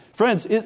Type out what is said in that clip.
Friends